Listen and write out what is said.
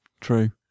True